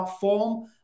form